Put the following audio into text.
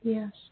Yes